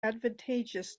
advantageous